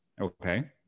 Okay